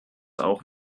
auch